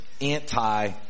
anti